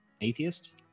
atheist